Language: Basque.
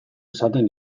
esaten